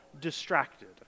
distracted